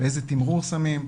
איזה תמרור שמים.